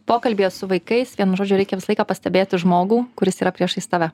pokalbyje su vaikais vienu žodžiu reikia visą laiką pastebėti žmogų kuris yra priešais tave